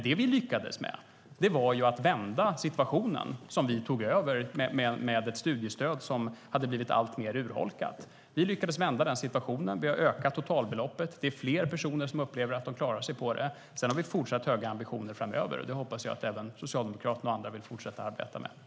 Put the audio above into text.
Det vi lyckades med var att vända den situation som vi tog över, med ett studiestöd som hade blivit alltmer urholkat. Vi lyckades vända den situationen. Vi har ökat totalbeloppet. Det är fler personer som upplever att de klarar sig på det. Sedan har vi fortsatt höga ambitioner framöver, och det hoppas jag att även Socialdemokraterna och andra vill fortsätta att arbeta med.